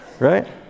right